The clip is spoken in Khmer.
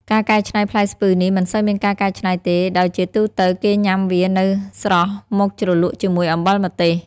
ការកៃច្នៃផ្លែស្ពឺនេះ មិនសូវមានការកៃច្នៃទេ ដោយជាទូទៅគេញ៉ាំវានៅស្រស់មកជ្រលក់ជាមួយអំបិលម្ទេស។